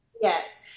Yes